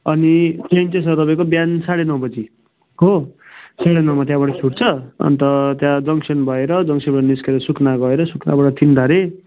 अनि ट्रेन चाहिँ छ तपाईँको बिहान साढे नौ बजीको साढे नौमा त्यहाँबाट छुट्छ अन्त त्यहाँ जङ्गसन भएर जङ्गसनबाट निस्केर सुकुना गएर सुकुनाबाट तिनधारे